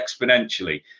exponentially